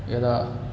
यदा